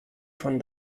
von